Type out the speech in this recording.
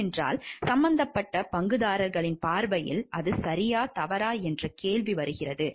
ஏனென்றால் சம்பந்தப்பட்ட பங்குதாரர்களின் பார்வையில் அது சரியா தவறா என்ற கேள்வி வருகிறது